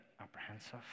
apprehensive